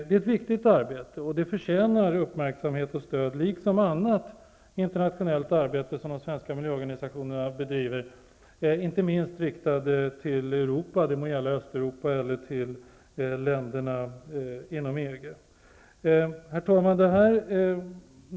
Det är ett viktigt arbete, och det förtjänar uppmärksamhet och stöd liksom annat internationellt arbete som de svenska miljöorganisationerna bedriver, inte minst riktat till Europa -- det må gälla Östeuropa eller länderna inom EG. Herr talman!